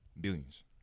Billions